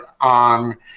on